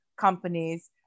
companies